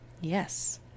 Yes